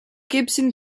gibson